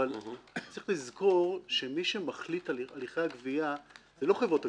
אבל צריך לזכור שמי שמחליט על הליכי הגבייה הן לא חברות הגבייה.